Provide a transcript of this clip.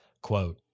Quote